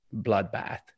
bloodbath